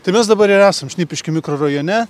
tai mes dabar ir esam šnipiškių mikrorajone